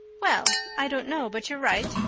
well, i don't know but you're right.